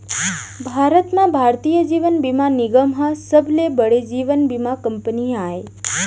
भारत म भारतीय जीवन बीमा निगम हर सबले बड़े जीवन बीमा कंपनी आय